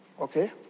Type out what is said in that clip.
okay